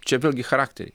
čia vėlgi charakteriai